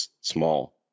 small